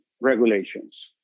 regulations